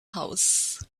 house